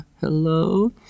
hello